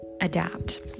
adapt